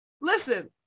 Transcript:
listen